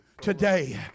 Today